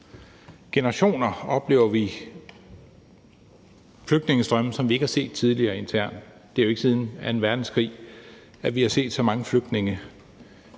generationer oplever vi flygtningestrømme, som vi ikke har set tidligere internt. Det er jo ikke siden anden verdenskrig, vi har set så mange flygtninge